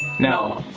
no,